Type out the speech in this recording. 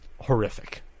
horrific